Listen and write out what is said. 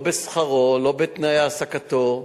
לא בשכרו, לא בתנאי העסקתו.